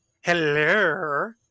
hello